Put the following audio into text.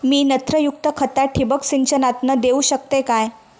मी नत्रयुक्त खता ठिबक सिंचनातना देऊ शकतय काय?